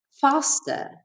faster